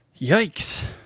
Yikes